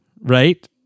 right